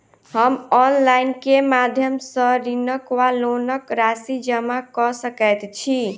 हम ऑनलाइन केँ माध्यम सँ ऋणक वा लोनक राशि जमा कऽ सकैत छी?